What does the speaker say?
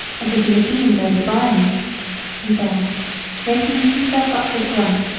as if he had been going to buy me and then straightening himself up with a grunt,